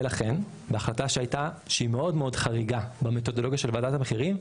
ולכן בהחלטה שהייתה שהיא מאוד מאוד חריגה במתודולוגיה של ועדת המחירים,